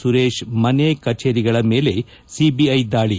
ಸುರೇಶ್ ಮನೆ ಕಚೇರಿಗಳ ಮೇಲೆ ಸಿಬಿಐ ದಾಳಿ